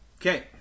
Okay